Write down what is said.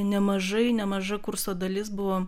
nemažai nemaža kurso dalis buvo